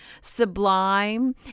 sublime